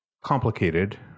complicated